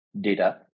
data